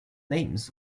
names